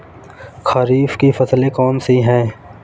खरीफ की फसलें कौन कौन सी हैं?